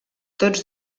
tots